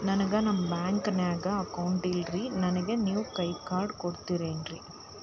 ನನ್ಗ ನಮ್ ಬ್ಯಾಂಕಿನ್ಯಾಗ ಅಕೌಂಟ್ ಇಲ್ರಿ, ನನ್ಗೆ ನೇವ್ ಕೈಯ ಕಾರ್ಡ್ ಕೊಡ್ತಿರೇನ್ರಿ?